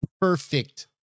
perfect